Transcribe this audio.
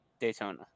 Daytona